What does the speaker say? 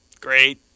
Great